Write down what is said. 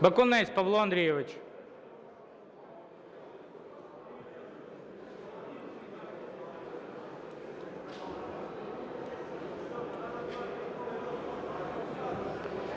Бакунець Павло Андрійович.